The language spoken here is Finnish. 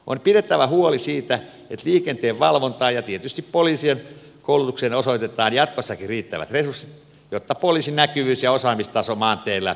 on pidettävä huoli siitä että liikenteenvalvontaan ja tietysti poliisien koulutukseen osoitetaan jatkossakin riittävät resurssit jotta poliisin näkyvyys ja osaamistaso maanteillä ei vähene